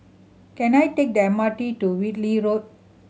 can I take the M R T to Whitley Road